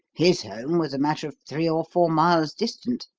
his home was a matter of three or four miles distant.